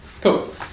Cool